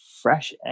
Fresh